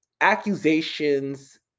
accusations